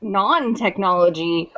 non-technology